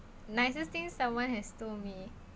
nicest things someone has told me